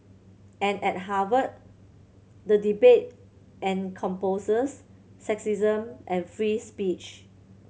and at Harvard the debate sexism and free speech